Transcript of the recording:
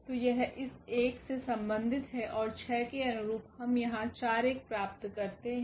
तो यह इस एक से संबंधित है और 6 के अनुरूप हम यहां प्राप्त करते है